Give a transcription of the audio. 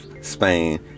Spain